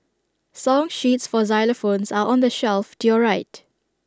song sheets for xylophones are on the shelf to your right